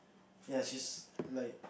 ya she's like